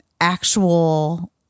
actual